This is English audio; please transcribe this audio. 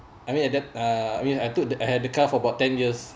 I mean at that uh I mean I took I had the car for about ten years